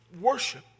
worship